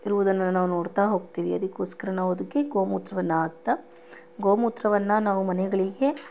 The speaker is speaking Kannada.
ಇರುವುದನ್ನು ನಾವು ನೋಡ್ತಾ ಹೋಗ್ತೀವಿ ಅದಕ್ಕೋಸ್ಕರ ನಾವು ಅದಕ್ಕೆ ಗೋ ಮೂತ್ರವನ್ನು ಹಾಕ್ತಾ ಗೋ ಮೂತ್ರವನ್ನು ನಾವು ಮನೆಗಳಿಗೆ